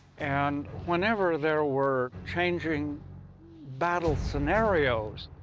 and whenever there were changing battle scenarios,